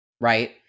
Right